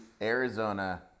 Arizona